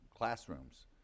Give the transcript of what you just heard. classrooms